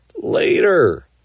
Later